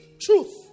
truth